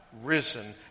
risen